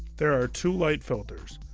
there are two light filters,